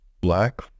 black